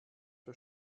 der